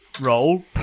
roll